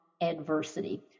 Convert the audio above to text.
adversity